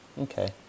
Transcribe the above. okay